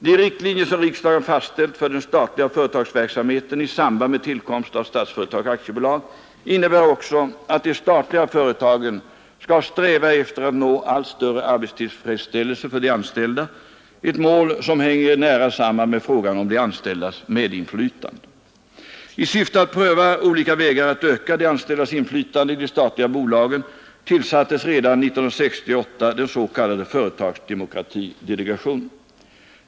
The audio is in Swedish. De riktlinjer som riksdagen fastställt för den statliga företagsverksamheten i samband med tillkomsten av Statsföretag AB innebär också att de statliga företagen skall sträva efter att nå allt större arbetstillfredsställelse för de anställda, ett mål som hänger nära samman med frågan om de anställdas medinflytande. I syfte att pröva olika vägar att öka de anställdas inflytande i de statliga bolagen tillsattes redan år 1968 den s.k. företagsdemokratidelegationen.